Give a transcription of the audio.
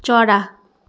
चरा